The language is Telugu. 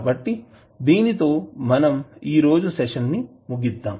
కాబట్టి దీనితో మనం ఈ రోజు సెషన్ను ముగిద్దాం